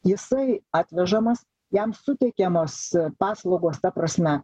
jisai atvežamas jam suteikiamos paslaugos ta prasme